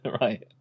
right